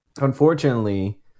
Unfortunately